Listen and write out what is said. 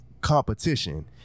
competition